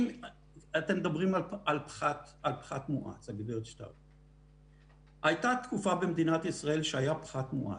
אתם מדברים על פחת מואץ --- הייתה תקופה במדינת ישראל שהיה פחת מואץ.